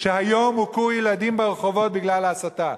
שהיום הוכו ילדים ברחובות בגלל ההסתה.